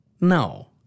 no